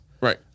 Right